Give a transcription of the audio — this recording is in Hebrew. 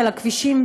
על הכבישים,